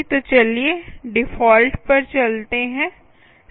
तो चलिए डिफ़ॉल्ट पर चलते हैं